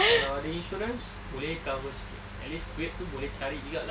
kalau ada insurance boleh cover sikit at least duit tu boleh cari juga lah